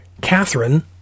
Catherine